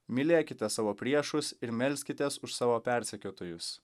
mylėkite savo priešus ir melskitės už savo persekiotojus